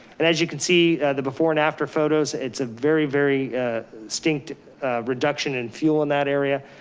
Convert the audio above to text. and as you can see the before and after photos, it's a very, very stinked reduction in fuel in that area,